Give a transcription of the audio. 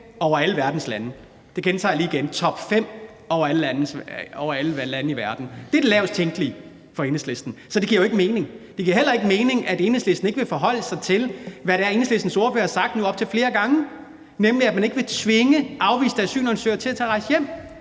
alle verdens lande. Det gentager jeg lige igen: topfem blandt alle lande i verden. Det er det lavest tænkelige for Enhedslisten. Så det giver jo ikke mening. Det giver heller ikke mening, at Enhedslistens ordfører ikke vil forholde sig til, hvad det er, Enhedslistens ordfører har sagt nu op til flere gange, nemlig at man ikke vil tvinge afviste asylansøgere til at rejse hjem.